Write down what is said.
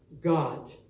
God